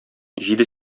җиде